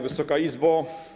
Wysoka Izbo!